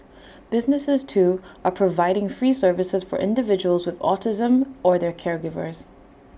businesses too are providing free services for individuals with autism or their caregivers